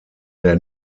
der